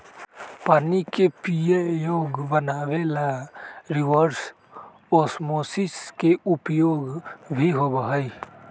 पानी के पीये योग्य बनावे ला रिवर्स ओस्मोसिस के उपयोग भी होबा हई